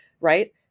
right